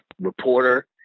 reporter